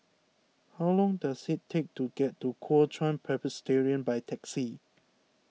how long does it take to get to Kuo Chuan Presbyterian by taxi